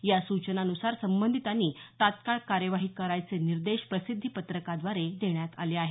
या सूचनांनुसार संबंधितांनी तात्काळ कार्यवाही करायचे निर्देश प्रसिद्धी पत्रकाद्वारे देण्यात आले आहेत